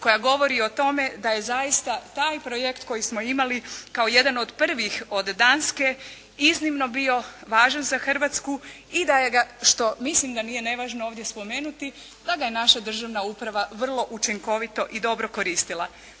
koja govori i o tome da je zaista taj projekt koji smo imali kao jedan od prvih od Danske iznimno bio važan za Hrvatsku i da ga što mislim da nije nevažno ovdje spomenuti to da je naša državna uprava vrlo učinkovito i dobro koristila.